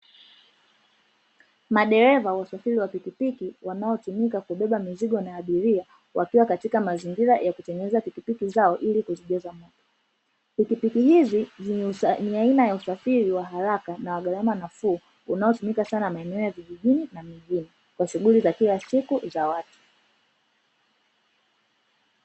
Madereva wa usafiri wa pikipiki wanaotumika kubeba mizigo na abiria, wakiwa katika mazingira ya kutengeneza pikipiki zao ili kuzijaza mafuta. Pikipiki hizi ni aina ya usafiri wa haraka na wa gharama nafuu, unaotumika sana maeneo ya vijijini na mijini, kwa shughuli za kila siku za watu.